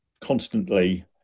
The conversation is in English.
constantly